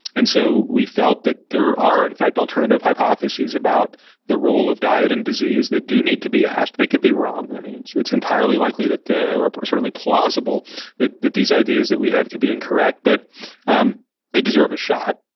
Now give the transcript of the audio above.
and so we felt that there are in fact alternative hypothesis about the role of diet and disease that do need to be asked. they could be wrong. it's entirely likely or or certainly plausible that that these ideas that we have could be incorrect, but um they deserve a shot.